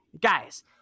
Guys